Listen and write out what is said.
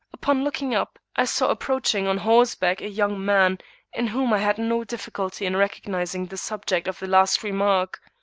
upon looking up, i saw approaching on horseback, a young man in whom i had no difficulty in recognizing the subject of the last remark.